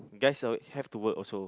guys always have to work also